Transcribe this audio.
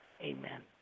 amen